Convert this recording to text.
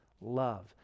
love